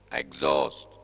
exhaust